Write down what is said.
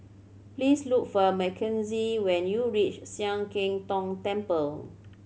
please look for Mackenzie when you reach Sian Keng Tong Temple